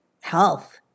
health